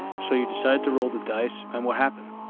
so you decided to roll the dice and what happened?